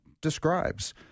describes